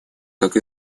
как